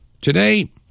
Today